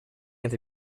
нет